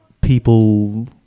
people